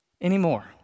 anymore